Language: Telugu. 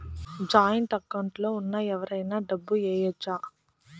జాయింట్ అకౌంట్ లో ఉన్న ఎవరైనా డబ్బు ఏయచ్చు